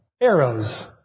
arrows